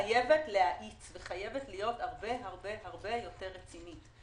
חייבת להאיץ וחייבת להיות הרבה יותר רצינית.